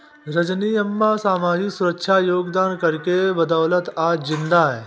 रजनी अम्मा सामाजिक सुरक्षा योगदान कर के बदौलत आज जिंदा है